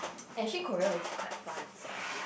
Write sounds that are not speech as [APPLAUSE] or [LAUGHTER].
[NOISE] and actually Korea is quite fun sia